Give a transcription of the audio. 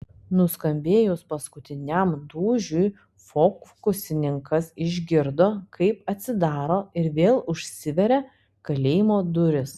nuskambėjus paskutiniam dūžiui fokusininkas išgirdo kaip atsidaro ir vėl užsiveria kalėjimo durys